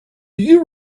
you